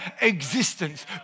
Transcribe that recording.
existence